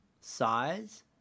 Size